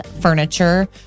furniture